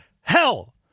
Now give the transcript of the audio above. hell